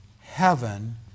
heaven